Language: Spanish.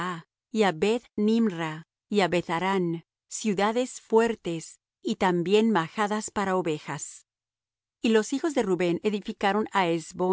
beth nimra y á betharán ciudades fuertes y también majadas para ovejas y los hijos de rubén edificaron